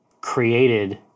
created